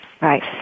Right